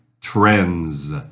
Trends